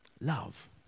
love